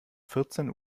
vierzehn